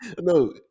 no